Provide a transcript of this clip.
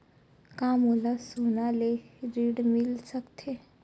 का मोला सोना ले ऋण मिल सकथे?